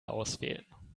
auswählen